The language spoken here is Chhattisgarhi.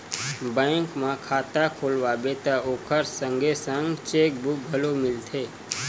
बेंक म खाता खोलवाबे त ओखर संगे संग चेकबूक घलो मिलथे